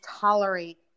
tolerate